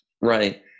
Right